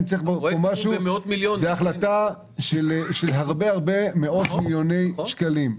מדובר בהחלטה של מאות מיליוני שקלים.